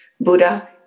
Buddha